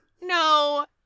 No